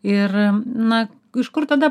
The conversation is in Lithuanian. ir na iš kur tada